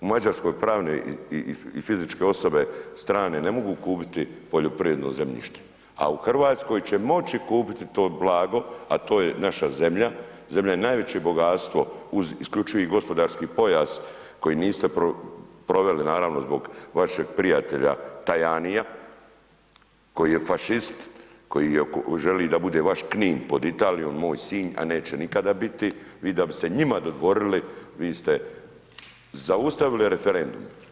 U Mađarskoj pravne i fizičke osobe strane ne mogu kupiti poljoprivredno zemljište a u Hrvatskoj će moći kupiti to blago a to je naša zemlja, zemlja je najveće bogatstvo uz isključivi gospodarski pojas koji niste proveli naravno zbog vašeg prijatelja Tajanija koji je fašist, koji želi da bude vaš Knin pod Italijom, moj Sinj a neće nikada biti, vi da bi se njima dodvorili, vi ste zaustavili referendum.